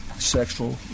sexual